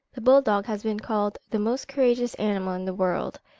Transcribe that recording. the bull-dog has been called the most courageous animal in the world.